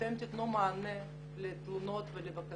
שאתם תתנו יותר מהר מענה לתלונות ולבקשות.